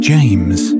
James